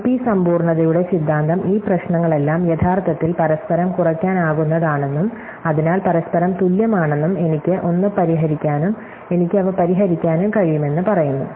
NP സമ്പൂർണ്ണതയുടെ സിദ്ധാന്തം ഈ പ്രശ്നങ്ങളെല്ലാം യഥാർത്ഥത്തിൽ പരസ്പരം കുറയ്ക്കാനാകുന്നതാണെന്നും അതിനാൽ പരസ്പരം തുല്യമാണെന്നും എനിക്ക് ഒന്ന് പരിഹരിക്കാനും എനിക്ക് അവ പരിഹരിക്കാനും കഴിയുമെന്ന് പറയുന്നു